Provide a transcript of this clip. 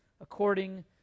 according